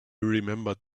remembered